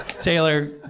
Taylor